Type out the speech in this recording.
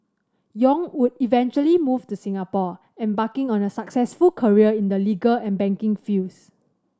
Yong would eventually move to Singapore embarking on a successful career in the legal and banking fields